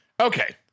Okay